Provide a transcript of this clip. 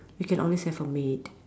we can always have a maid